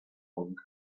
long